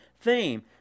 theme